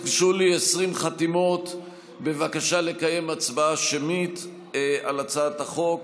הוגשו לי 20 חתימות בבקשה לקיים הצבעה שמית על הצעת החוק.